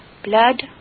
blood